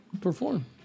perform